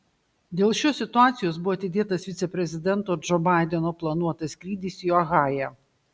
dėl šios situacijos buvo atidėtas viceprezidento džo baideno planuotas skrydis į ohają